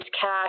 cash